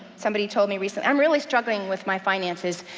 somebody told me recent, i'm really struggling with my finances.